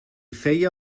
feia